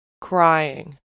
crying